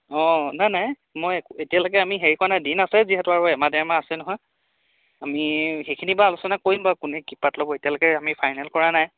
অঁ নাই নাই মই এতিয়ালেকে আমি হেৰি কৰা নাই দিন আছে যিহেতু আৰু এমাহ ডেৰমাহ আছে নহয় আমি সেইখিনি বাৰু আলোচনা কৰিম বাৰু কোনে কি পাৰ্ট ল'ব এতিয়ালৈকে আমি ফাইনেল কৰা নাই